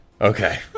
Okay